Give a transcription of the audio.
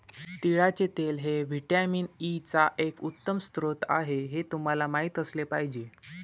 तिळाचे तेल हे व्हिटॅमिन ई चा एक उत्तम स्रोत आहे हे तुम्हाला माहित असले पाहिजे